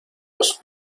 los